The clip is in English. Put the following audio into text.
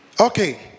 Okay